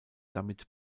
damit